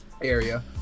area